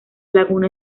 laguna